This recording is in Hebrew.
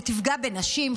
שיפגע בנשים,